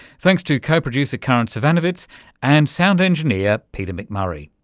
thanks to co-producer karin zsivanovits and sound engineer peter mcmurray.